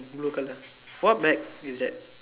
blue color what bag is that